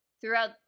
throughout